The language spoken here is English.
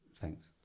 Thanks